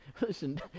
Listen